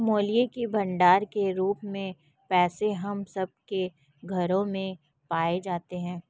मूल्य के भंडार के रूप में पैसे हम सब के घरों में पाए जाते हैं